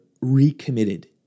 recommitted